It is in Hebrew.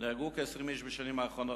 נהרגו כ-20 איש בשנים האחרונות.